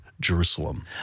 Jerusalem